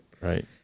Right